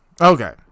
Okay